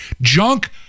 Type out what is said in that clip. Junk